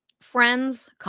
Friends